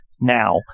now